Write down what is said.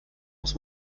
muss